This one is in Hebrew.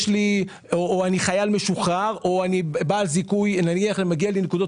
אני חייל משוחרר או שמגיעות לי נקודות